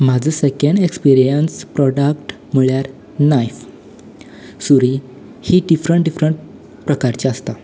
म्हाजो second experience product म्हणल्यार knife सुरी ही डिफरंट डिफरंट प्रकारची आसता